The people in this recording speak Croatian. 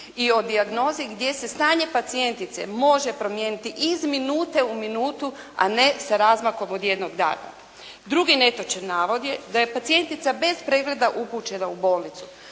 i o dijagnozi gdje se stanje pacijentice može promijeniti iz minute u minutu, a ne sa razmakom od jednog dana. Drugi netočan navod je da je pacijentica bez pregleda upućena u bolnicu.